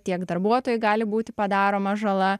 tiek darbuotojui gali būti padaroma žala